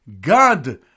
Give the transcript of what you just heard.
God